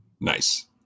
Nice